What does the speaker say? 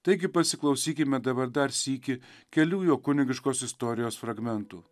taigi pasiklausykime dabar dar sykį kelių jo kunigiškos istorijos fragmentų